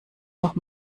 noch